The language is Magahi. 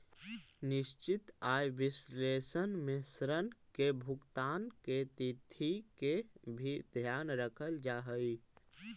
निश्चित आय विश्लेषण में ऋण के भुगतान के तिथि के भी ध्यान रखल जा हई